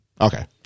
okay